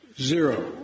Zero